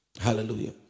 Hallelujah